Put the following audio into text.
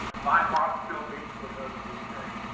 my heart still beats for her to this day!